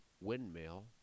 windmill